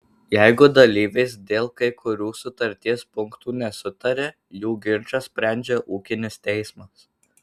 jeigu dalyvės dėl kai kurių sutarties punktų nesutaria jų ginčą sprendžia ūkinis teismas